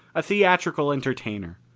a theatrical entertainer.